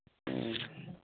ᱦᱩᱸ